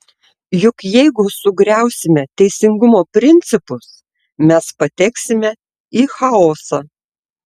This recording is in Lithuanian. juk jeigu sugriausime teisingumo principus mes pateksime į chaosą